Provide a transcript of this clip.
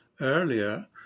earlier